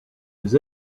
les